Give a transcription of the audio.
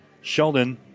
Sheldon